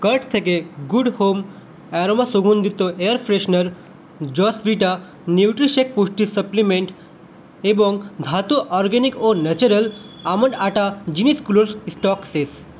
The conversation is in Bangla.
কার্ট থেকে গুড হোম অ্যারোমা সুগন্ধিত এয়ার ফ্রেশনার জসভিটা নিউট্রিশেক পুষ্টি সাপ্লিমেন্ট এবং ধাতু অরগ্যানিক ও ন্যাচারাল আমন্ড আটা জিনিসগুলোর স্টক শেষ